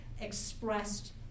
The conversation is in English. expressed